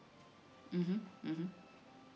mmhmm mmhmm